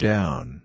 Down